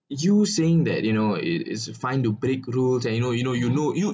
you saying that you know it it's to fine to break rules and you know you know you know you